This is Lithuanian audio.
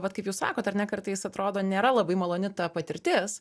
vat kaip jūs sakot ar ne kartais atrodo nėra labai maloni ta patirtis